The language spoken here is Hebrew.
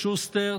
שוסטר,